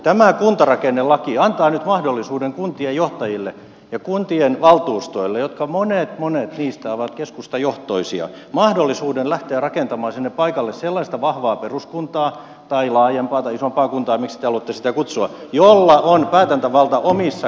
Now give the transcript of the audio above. tämä kuntarakennelaki antaa nyt kuntien johtajille ja kuntien valtuustoille joista monet monet ovat keskustajohtoisia mahdollisuuden lähteä rakentamaan sinne paikalle sellaista vahvaa peruskuntaa tai laajempaa tai isompaa kuntaa miksi te haluatte sitä kutsua jolla on päätäntävalta omissa käsissään